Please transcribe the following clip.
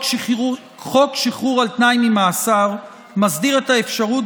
חוק שחרור על תנאי ממאסר מסדיר את האפשרות,